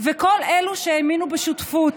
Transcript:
וכל אלו שהאמינו בשותפות,